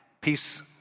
peace